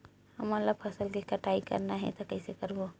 हमन ला फसल के कटाई करना हे त कइसे करबो?